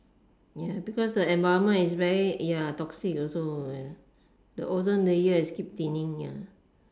ya because the environment is very ya toxic also the ozone layer is keep thinning ya